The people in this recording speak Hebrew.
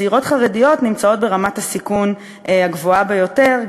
צעירות חרדיות נמצאות ברמת הסיכון הגבוהה ביותר,